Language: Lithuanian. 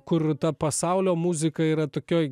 kur ta pasaulio muzika yra tokioj